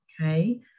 okay